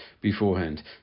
beforehand